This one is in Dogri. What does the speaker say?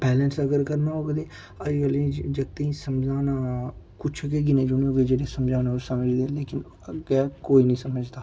बैलंस अगर करना होग ते अज्जकल दी जागतें गी समझाना कुछ गै गिने चुने होङन जिनेंगी समझाना ओह् समझदे लेकिन अग्गैं कोई समझदा